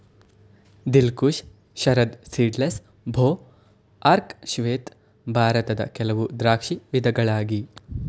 ದಿಲ್ Khush, Sharad seedless, ಭೋ, ಅರ್ಕ ಶ್ವೇತ ಭಾರತದ ಕೆಲವು ದ್ರಾಕ್ಷಿ ವಿಧಗಳಾಗಿ